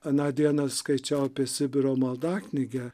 aną dieną skaičiau apie sibiro maldaknygę